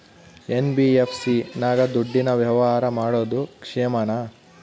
NBFC ನಾಗ ದುಡ್ಡಿನ ವ್ಯವಹಾರ ಮಾಡೋದು ಕ್ಷೇಮಾನ?